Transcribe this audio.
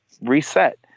reset